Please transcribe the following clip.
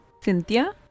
Cynthia